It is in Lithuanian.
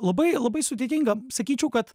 labai labai sudėtinga sakyčiau kad